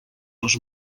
les